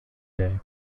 day